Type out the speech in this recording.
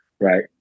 right